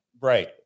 Right